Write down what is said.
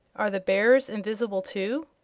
are the bears invis'ble, too?